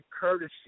courtesy